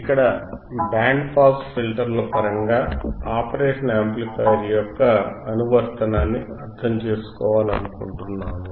ఇక్కడ band pass ఫిల్టర్ల పరంగా ఆపరేషనల్ యాంప్లిఫైయర్ యొక్క అనువర్తనాన్ని అర్థం చేసుకోవాలనుకుంటున్నాము